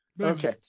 Okay